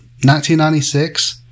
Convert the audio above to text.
1996